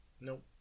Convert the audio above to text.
nope